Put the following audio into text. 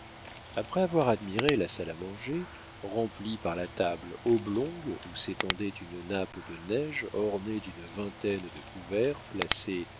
après avoir admiré la salle à manger remplie par la table oblongue où s'étendait une nappe de neige ornée d'une vingtaine de couverts placés